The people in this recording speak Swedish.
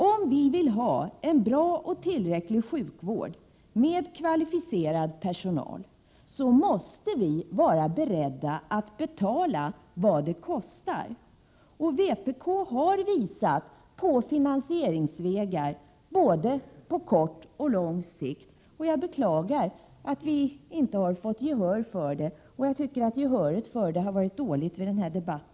Om vi vill ha en bra och tillräcklig sjukvård med kvalificerad personal, måste vi vara beredda att betala vad det kostar. Vpk har visat på finansieringsvägar både på kort och på lång sikt. Jag beklagar att vi inte har fått gehör för detta. Också i dagens debatt har gehöret varit dåligt.